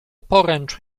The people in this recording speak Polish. poręcz